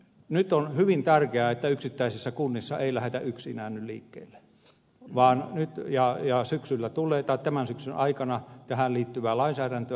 tietojärjestelmähankekokonaisuudessa on hyvin tärkeää että yksittäisissä kunnissa ei lähdetä yksinään nyt liikkeelle vaan tämän syksyn aikana tulee tähän liittyvää lainsäädäntöä